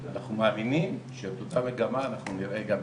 אנחנו מאמינים שאת אותה מגמה אנחנו נראה גם בפריז.